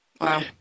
Wow